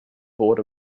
board